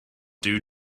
due